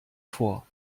vor